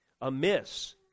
amiss